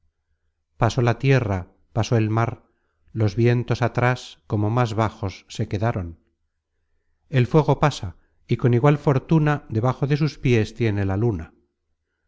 pasó la tierra pasó el mar los vientos atras como más bajos se quedaron el fuego pasa y con igual fortuna debajo de sus piés tiene la luna